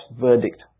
verdict